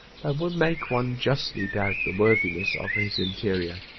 would make one justly doubt the worthiness of his interior.